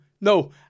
no